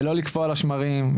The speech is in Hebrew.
ולא לקפוא על השמרים,